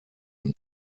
ein